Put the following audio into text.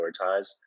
prioritize